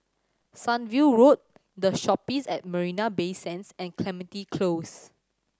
Sunview Road The Shoppes at Marina Bay Sands and Clementi Close